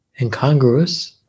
incongruous